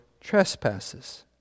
trespasses